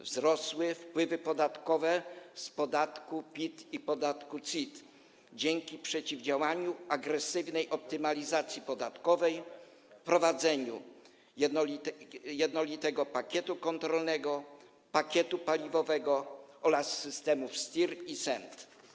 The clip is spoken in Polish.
Wzrosły wpływy podatkowe z podatku PIT i podatku CIT dzięki przeciwdziałaniu agresywnej optymalizacji podatkowej, wprowadzeniu jednolitego pakietu kontrolnego, pakietu paliwowego oraz systemów STIR i SENT.